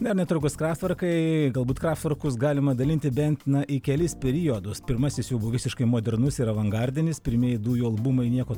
na ir netrukus kraftvorkai galbūt kraftvorkus galima dalinti bent į kelis periodus pirmasis jų buvo visiškai modernus ir avangardinis pirmieji du jų albumai nieko